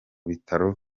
bitaramo